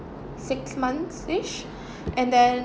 six months-ish and then